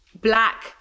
Black